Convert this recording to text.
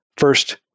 First